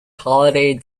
holiday